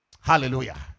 Hallelujah